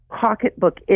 pocketbook